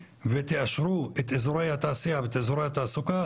ותאשרו את אזורי התעשייה ואת אזורי התעסוקה,